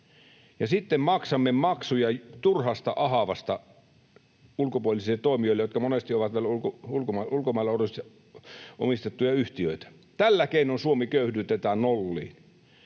sitten maksamme maksuja turhasta ahavasta ulkopuolisille toimijoille, jotka monesti ovat vielä ulkomailla omistettuja yhtiöitä. Tällä keinoin Suomi köyhdytetään nolliin.